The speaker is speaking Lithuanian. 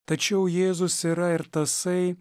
tačiau jėzus yra ir tasai